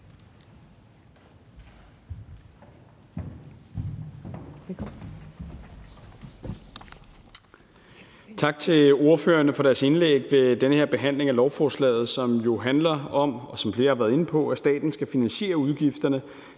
Tak til ordførerne for deres indlæg i den her behandling af lovforslaget, som jo, som flere har været inde på, handler om, at staten skal finansiere udgifterne